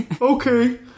Okay